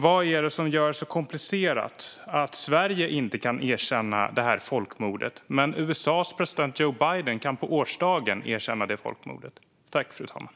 Vad är det som gör det så komplicerat att Sverige inte kan erkänna folkmordet medan USA:s president Joe Biden kan erkänna det på årsdagen?